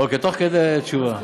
אוקיי, תוך כדי תשובה.